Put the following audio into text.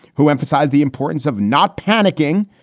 who emphasized the importance of not panicking,